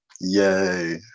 Yay